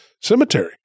cemetery